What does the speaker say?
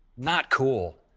not cool.